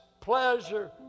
pleasure